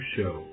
Show